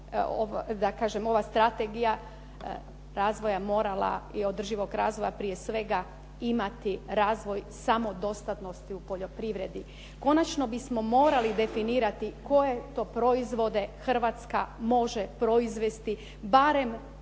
ova Strategija održivog razvoja morala prije svega imati razvoj samodostatnosti u poljoprivredi. Konačno bismo morali definirati koje to proizvode Hrvatska može proizvesti barem